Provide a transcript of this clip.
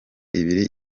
ibiri